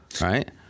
right